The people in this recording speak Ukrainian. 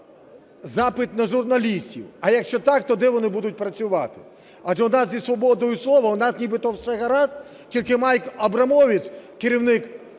запит на журналістів? А якщо так, то де вони будуть працювати? Адже у нас зі свободою слова, у нас нібито все гаразд, тільки Майкл Абрамович, керівник